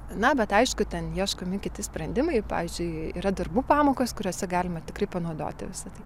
na bet aišku ten ieškomi kiti sprendimai pavyzdžiui yra darbų pamokos kuriose galima tikrai panaudoti visa tai